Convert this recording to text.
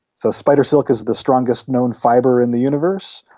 so spider silk is the strongest known fibre in the universe.